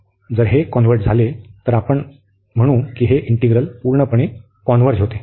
जर हे कॉन्व्हर्ज झाले तर आपण कॉल करू की हे इंटिग्रल पूर्णपणे कॉन्व्हर्ज होते